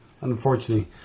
unfortunately